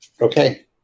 okay